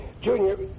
Junior